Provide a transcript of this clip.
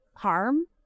harm